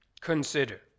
Consider